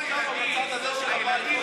מכירים אותו.